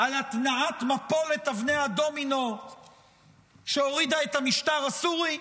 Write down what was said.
על התנעת מפולת אבני הדומינו שהורידה את המשטר הסורי,